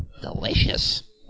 Delicious